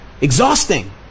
Exhausting